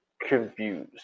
confused